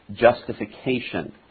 Justification